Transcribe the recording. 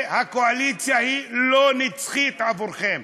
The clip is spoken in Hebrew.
והקואליציה היא לא נצחית עבורכם.